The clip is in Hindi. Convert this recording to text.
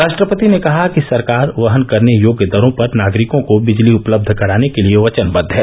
राष्ट्रपति ने कहा कि सरकार वहन करने योग्य दरों पर नागरिकों को बिजली उपलब्ध कराने के लिए वचनबद्व है